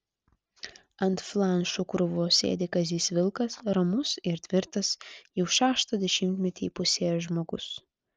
ant flanšų krūvos sėdi kazys vilkas ramus ir tvirtas jau šeštą dešimtį įpusėjęs žmogus